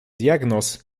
diagnoz